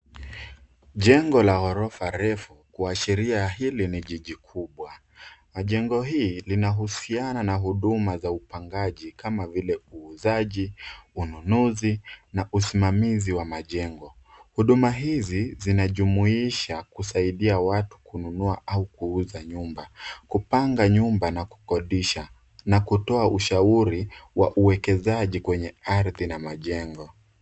Jengo la horofa refu kuashiria hili ni jiji kubwa na jengo hii linahusiana na huduma za upangaji kama vile uuzaji, ununuzi na usimamizi wa majengo. Huduma hizi zinajumuisha kusaidia watu kununua au kuuza nyumba, kupanga nyumba na kukodisha na kutoa ushauri wa uwekezaji kwenye ardhi na majengo.